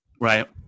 Right